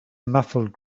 muffled